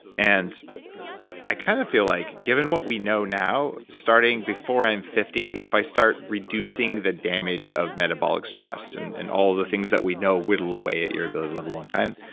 and i kind of feel like, given what we know now, starting before i'm fifty, if i start reducing the damage of metabolic stress and and all the things that we know whittle away at your ability to live a long time,